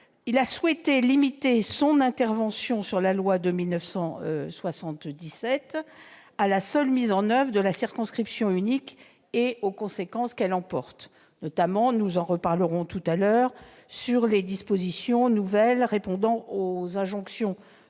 a souhaité limiter son intervention sur la loi de 1977 à la seule mise en oeuvre de la circonscription unique et aux conséquences qu'elle emporte, notamment- nous en reparlerons au cours de la discussion -sur les dispositions nouvelles répondant aux injonctions